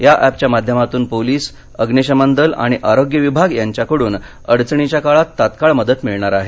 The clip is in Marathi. या अँपच्या माध्यमातून पोलीस अग्निशमन दल आणि आरोग्य विभाग यांच्याकडून अडचणीच्या काळात तत्काळ मदत मिळणार आहे